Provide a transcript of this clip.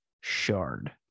shard